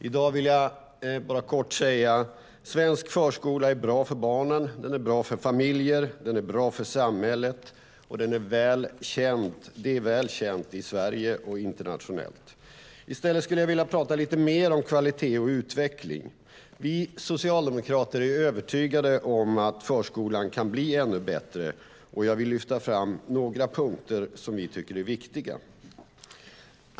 I dag vill jag bara kort säga att svensk förskola är bra för barnen. Den är bra för familjer, och den är bra för samhället. Detta är väl känt i Sverige och internationellt. I stället skulle jag vilja tala lite mer om kvalitet och utveckling. Vi socialdemokrater är övertygade om att förskolan kan bli ännu bättre, och jag vill lyfta fram några punkter som vi tycker är viktiga.